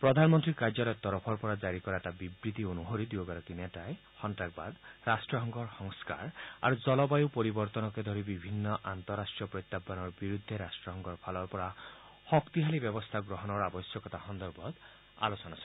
প্ৰধানমন্তীৰ কাৰ্যালয়ৰ তৰফৰ পৰা জাৰী কৰা এটা বিবৃতি অনুসৰি দুয়োগৰাকী নেতাই সন্নাসবাদ ৰাষ্ট্সংঘৰ সংস্থাৰ আৰু জলবায়ু পৰিৱৰ্তনকে ধৰি বিভিন্ন আন্তঃৰাষ্ট্ৰীয় প্ৰত্যাহানৰ বিৰুদ্ধে ৰাষ্ট্ৰসংঘৰ ফালৰ পৰা শক্তিশালী ব্যৱস্থা গ্ৰহণৰ আৱশ্যকতা সন্দৰ্ভত আলোচনা কৰে